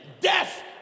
death